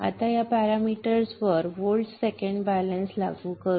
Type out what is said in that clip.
आता या पॅरामीटर्सवर व्होल्ट सेकंड बॅलन्स लागू करू